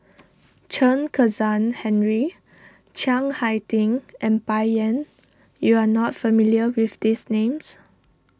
Chen Kezhan Henri Chiang Hai Ding and Bai Yan you are not familiar with these names